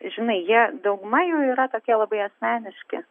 žinai jie dauguma jų yra tokie labai asmeniški